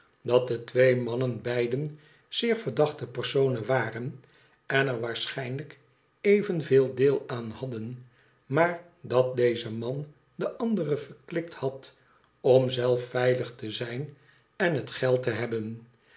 dat de twee mannen beiden zeer verdachte personen waren en er waarschijnlijk evenveel deel aan hadden maar dat deze man den anderen verklikt had om zelf veilig te zijn en het geld te hebben